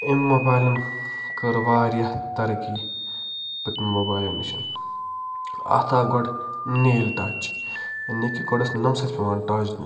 أمۍ موبایِلَن کٔر واریاہ ترقی پٔتمہِ موبایِلہٕ نِش اَتھ آو گۄڈٕ نیل ٹچ یعنی کہ گۄڈٕ اوس نَمہٕ سۭتۍ پٮ۪وان ٹَچ دیُن